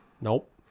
nope